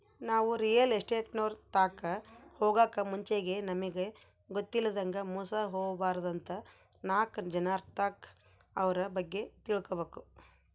ನಾವು ರಿಯಲ್ ಎಸ್ಟೇಟ್ನೋರ್ ತಾಕ ಹೊಗಾಕ್ ಮುಂಚೆಗೆ ನಮಿಗ್ ಗೊತ್ತಿಲ್ಲದಂಗ ಮೋಸ ಹೊಬಾರ್ದಂತ ನಾಕ್ ಜನರ್ತಾಕ ಅವ್ರ ಬಗ್ಗೆ ತಿಳ್ಕಬಕು